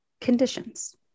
conditions